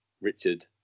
Richard